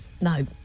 No